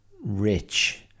rich